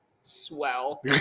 Swell